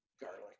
Garlic